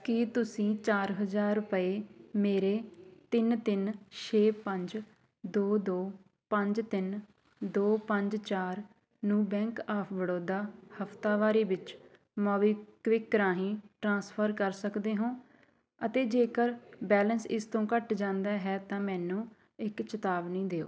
ਕੀ ਤੁਸੀਂਂ ਚਾਰ ਹਜ਼ਾਰ ਰੁਪਏ ਮੇਰੇ ਤਿੰਨ ਤਿੰਨ ਛੇ ਪੰਜ ਦੋ ਦੋ ਪੰਜ ਤਿੰਨ ਦੋ ਪੰਜ ਚਾਰ ਨੂੰ ਬੈਂਕ ਆਫ ਬੜੌਦਾ ਹਫ਼ਤਾਵਾਰੀ ਵਿੱਚ ਮੋਬੀਕਵਿਕ ਰਾਹੀਂ ਟ੍ਰਾਂਸਫਰ ਕਰ ਸਕਦੇ ਹੋ ਅਤੇ ਜੇਕਰ ਬੈਲੇਂਸ ਇਸ ਤੋਂ ਘੱਟ ਜਾਂਦਾ ਹੈ ਤਾਂ ਮੈਨੂੰ ਇੱਕ ਚੇਤਾਵਨੀ ਦਿਓ